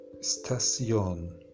Station